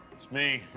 it's me.